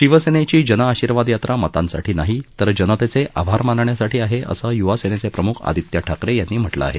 शिक्सेनेची जन आशिर्वाद यात्रा मतांसाठी नाही तर जनतेचे आभार मानण्यासाठी आहे असं युवासेनेचे प्रमुख आदित्य ठाकरे यांनी म्हटलं आहे